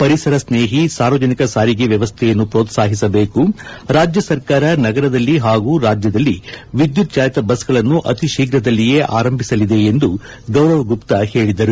ಪರಿಸರ ಸ್ನೇಹಿ ಸಾರ್ವಜನಿಕ ಸಾರಿಗೆ ವ್ಯವಸ್ಥೆಯನ್ನು ಪ್ರೋತ್ಸಾಹಿಸಬೇಕು ರಾಜ್ಯಸರ್ಕಾರ ನಗರದಲ್ಲಿ ಪಾಗೂ ರಾಜ್ಕದಲ್ಲಿ ವಿದ್ಯುತ್ ಚಾಲಿತ ಬಸ್ ಗಳನ್ನು ಅತಿ ಶೀಘ್ರದಲ್ಲಿಯೇ ಆರಂಭಿಸಲಿದೆ ಎಂದು ಗೌರವ ಗುಪ್ತಾ ಹೇಳಿದರು